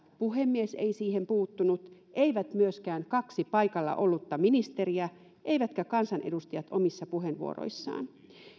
puhemies ei siihen puuttunut eivät myöskään kaksi paikalla ollutta ministeriä eivätkä kansanedustajat omissa puheenvuoroissaan